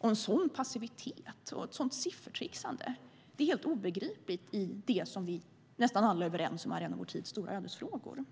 En sådan passivitet och ett sådant siffertricksande är helt obegripligt i det som vi nästan alla är överens om är en av vår tids stora ödesfrågor.